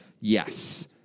Yes